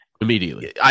immediately